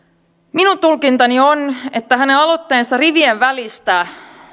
minun tulkintani on että hänen aloitteensa rivien välistä